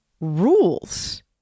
rules